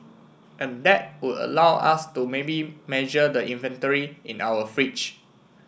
and that would allow us to maybe measure the inventory in our fridge